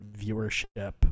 viewership